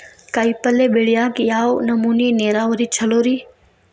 ಕಾಯಿಪಲ್ಯ ಬೆಳಿಯಾಕ ಯಾವ್ ನಮೂನಿ ನೇರಾವರಿ ಛಲೋ ರಿ?